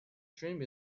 dream